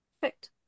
Perfect